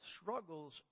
struggles